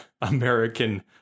American